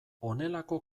honelako